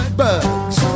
bugs